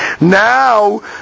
Now